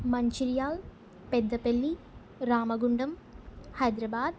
Mancherial Peddapalli Ramagundam Hyderabad